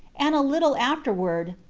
and a little afterward,